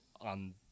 on